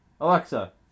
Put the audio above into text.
alexa